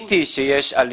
כשראיתי שיש אלימות,